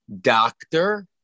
Doctor